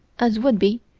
as would be,